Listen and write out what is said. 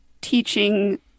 teaching